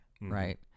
right